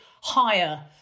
higher